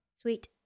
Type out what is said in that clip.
Sweet